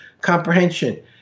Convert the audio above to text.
comprehension